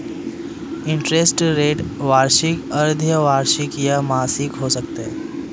interest rate वार्षिक, अर्द्धवार्षिक या मासिक हो सकता है